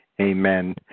amen